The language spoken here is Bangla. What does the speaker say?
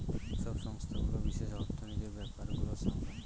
সব সংস্থাগুলো বিশেষ অর্থনীতির ব্যাপার গুলো সামলায়